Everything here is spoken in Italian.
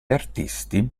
artisti